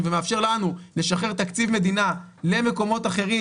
ומאפשר לנו לשחרר תקציב מדינה למקומות אחרים,